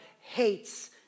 hates